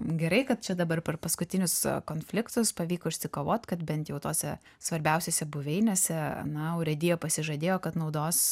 gerai kad čia dabar per paskutinius konfliktus pavyko išsikovot kad bent jau tose svarbiausiose buveinėse na urėdija pasižadėjo kad naudos